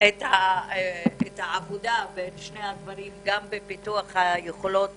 את העבודה בין שני הדברים גם בפיתוח היכולות